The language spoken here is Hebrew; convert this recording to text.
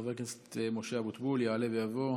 חבר הכנסת משה אבוטבול יעלה ויבוא.